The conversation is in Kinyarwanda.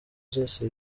zose